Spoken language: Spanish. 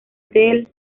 del